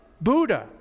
Buddha